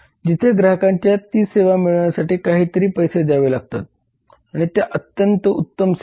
जिथे ग्राहकांना ती सेवा मिळविण्यासाठी काहीतरी पैसे द्यावे लागतात आणि त्या अत्यंत उत्तम सेवा आहेत